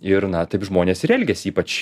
ir na taip žmonės ir elgiasi ypač